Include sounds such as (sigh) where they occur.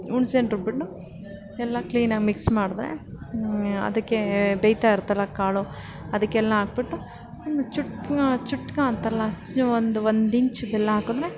ಹುಣ್ಸೇ ಹಣ್ಣು ರುಬ್ಬಿಬಿಟ್ಟು ಎಲ್ಲ ಕ್ಲೀನಾಗಿ ಮಿಕ್ಸ್ ಮಾಡಿದರೆ ಅದಕ್ಕೆ ಬೇಯ್ತಾ ಇರುತ್ತಲ್ಲ ಕಾಳು ಅದಕ್ಕೆಲ್ಲ ಹಾಕ್ಬಿಟ್ಟು ಸುಮ್ನೆ ಚುಟ್ ಚುಟ್ಕ ಅಂತಾರಲ್ಲ (unintelligible) ಒಂದು ಒಂದು ಇಂಚು ಬೆಲ್ಲ ಹಾಕಿದ್ರೆ